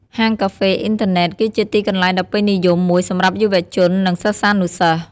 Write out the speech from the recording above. ហាងកាហ្វេអ៊ីនធឺណិត គឺជាទីកន្លែងដ៏ពេញនិយមមួយសម្រាប់យុវជន និងសិស្សានុសិស្ស ។